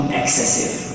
excessive